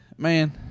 Man